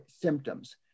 symptoms